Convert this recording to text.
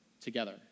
together